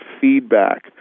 feedback